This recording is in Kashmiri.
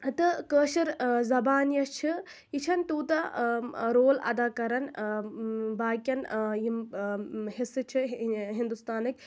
تہٕ کٲشِر زبان یۄس چھِ یہِ چھَنہٕ تیوٗتاہ ٲں رول ادا کران باقٕیَن یِم حصہٕ چھِ ہندوستانٕکۍ